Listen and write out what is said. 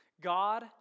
God